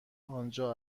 آنجا